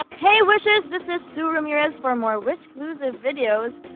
hey wishers, this is sue ramirez. for more wishclusive videos,